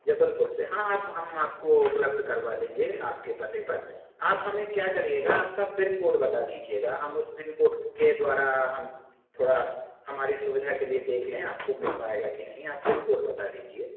जबलपुर से हाँ अब हम आपको उपलब्ध करवा देंगे आपके पते पर आप हमें क्या करिएगा आपका पिन कोड बता दीजिएगा हम उस पिन कोड के द्वारा हम थोड़ा हमारी सुविधा के लिए देख लें आपको मिल पाएगा कि नहीं आप पिन कोड बता दीजिए